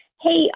Hey